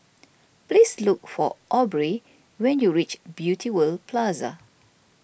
please look for Aubrie when you reach Beauty World Plaza